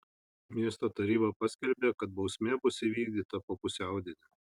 miesto taryba paskelbė kad bausmė bus įvykdyta po pusiaudienio